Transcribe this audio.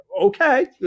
okay